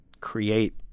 create